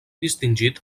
distingit